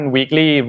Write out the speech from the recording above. Weekly